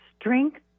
strength